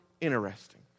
interesting